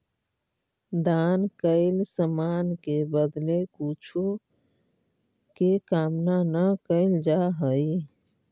दान कैल समान के बदले कुछो के कामना न कैल जा हई